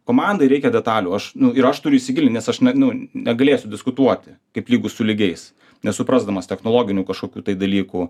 komandai reikia detalių aš ir aš turiu įsigilint nes aš ne nu negalėsiu diskutuoti kaip lygus su lygiais nesuprasdamas technologinių kažkokių tai dalykų